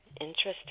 Interesting